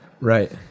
Right